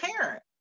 parent